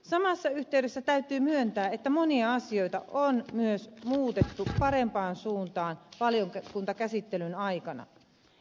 samassa yhteydessä täytyy myöntää että monia asioita on myös muutettu parempaan suuntaan valiokuntakäsittelyn aikana